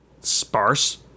sparse